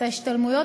את ההשתלמויות,